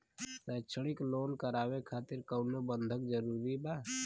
शैक्षणिक लोन करावे खातिर कउनो बंधक जरूरी बा?